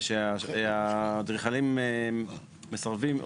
שהאדריכלים מסרבים,